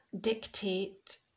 Dictate